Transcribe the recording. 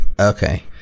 Okay